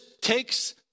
takes